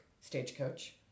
stagecoach